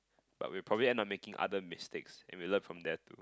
but we'll probably end up making other mistakes and we'll learn from there too